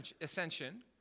ascension